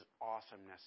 awesomeness